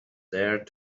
there